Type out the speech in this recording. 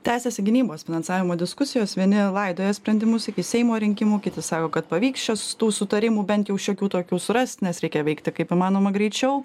tęsiasi gynybos finansavimo diskusijos vieni laidoja sprendimus iki seimo rinkimų kiti sako kad pavyks šias tų sutarimų bent jau šiokių tokių surast nes reikia veikti kaip įmanoma greičiau